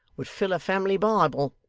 would fill a family bible.